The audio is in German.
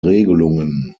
regelungen